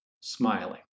smiling